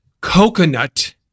coconut